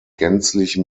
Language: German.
gänzlich